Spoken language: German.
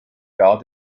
gar